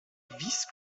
vice